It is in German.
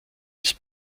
ist